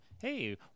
hey